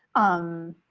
um,